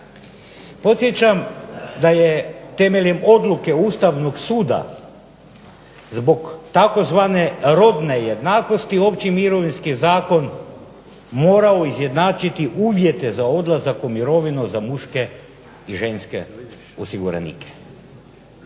Podsjećam da je temeljem odluke Ustavnog suda, zbog tzv. robne jednakosti opći mirovinski zakon morao izjednačiti uvjete za odlazak u mirovinu za muške i ženske osiguranike.